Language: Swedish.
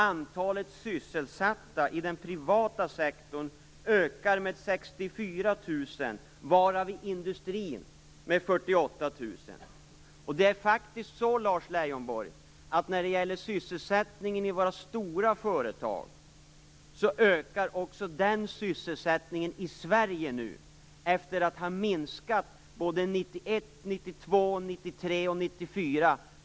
Antalet sysselsatta i den privata sektorn har ökat med 64 000, varav Också sysselsättningen i våra stora företag, Lars Leijonborg, ökar faktiskt i Sverige nu, efter att ha minskat 1991, 1992, 1993 och 1994.